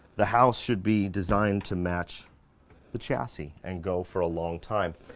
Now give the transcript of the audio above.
the house should be designed to match the chassis and go for a long time.